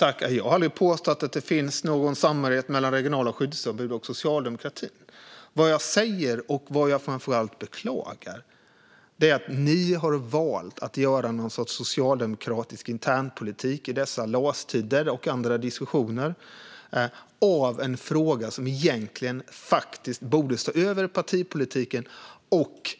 Herr talman! Jag har aldrig påstått att det finns någon samhörighet mellan regionala skyddsombud och socialdemokratin. Vad jag säger och framför allt beklagar är att ni i dessa LAS-tider och i andra diskussioner har valt att göra någon sorts socialdemokratisk internpolitik av en fråga som faktiskt borde stå över partipolitiken och